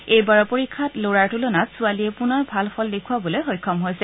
এইবাৰৰ পৰীক্ষাত ল'ৰাৰ তুলনাত ছোৱালীয়ে পুনৰ ভাল ফল দেখুৱাবলৈ সক্ষম হৈছে